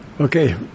okay